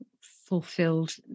fulfilled